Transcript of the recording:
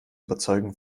überzeugen